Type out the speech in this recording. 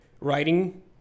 writing